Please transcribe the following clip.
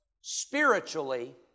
spiritually